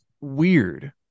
weird